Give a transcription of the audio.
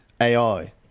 AI